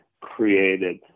created